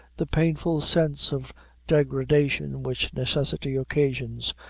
the painful sense of degradation which necessity occasions,